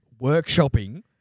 workshopping